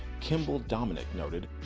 kimball dimmick noted.